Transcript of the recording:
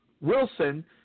Wilson